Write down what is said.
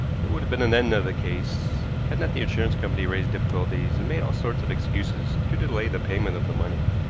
here would have been an end of the case had not the insurance company raised difficulties and made all sorts of excuses to delay the payment of the money.